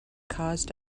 caused